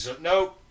no